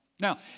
Now